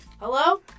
Hello